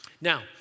Now